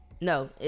no